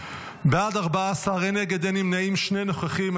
בעד, 14, אין נגד, אין נמנעים, שני נוכחים.